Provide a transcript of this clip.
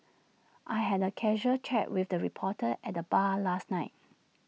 I had A casual chat with the reporter at the bar last night